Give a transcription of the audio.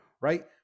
right